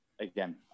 again